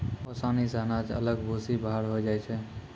ओसानी से अनाज अलग भूसी बाहर होय जाय छै